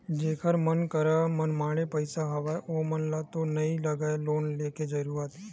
जेखर मन करा मनमाड़े पइसा हवय ओमन ल तो नइ लगय लोन लेके जरुरत